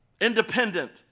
independent